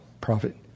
prophet